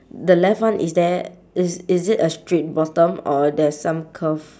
the left one is there is is it a straight bottom or there's some curve